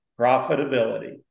Profitability